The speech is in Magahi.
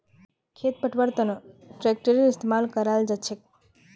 खेत पैटव्वार तनों ट्रेक्टरेर इस्तेमाल कराल जाछेक